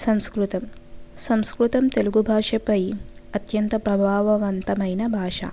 సంస్కృతం సంస్కృతం తెలుగు భాషపై అత్యంత ప్రభావవంతమైన భాష